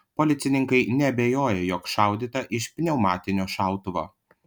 policininkai neabejoja jog šaudyta iš pneumatinio šautuvo